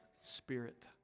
spirit